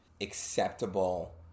acceptable